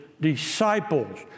disciples